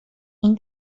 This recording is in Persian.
این